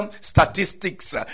statistics